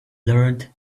learned